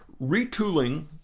Retooling